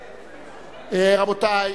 רבותי,